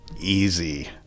Easy